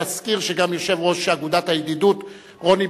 תזכיר שגם יושב-ראש אגודת הידידות רוני